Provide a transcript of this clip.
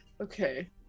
Okay